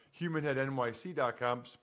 HumanHeadNYC.com